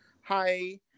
Hi